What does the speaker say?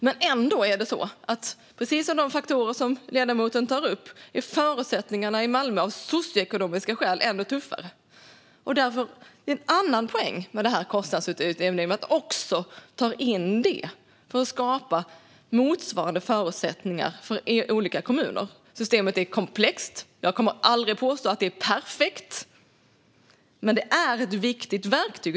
Men ändå är förutsättningarna i Malmö tuffare, av socioekonomiska skäl. Det är precis de faktorer som ledamoten tog upp. En annan poäng med kostnadsutjämningen är att den också tar in detta, för att skapa motsvarande förutsättningar för olika kommuner. Systemet är komplext. Jag kommer aldrig att påstå att det är perfekt, men det är ett viktigt verktyg.